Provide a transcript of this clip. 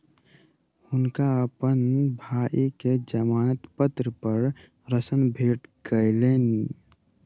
हुनका अपन भाई के जमानत पत्र पर ऋण भेट गेलैन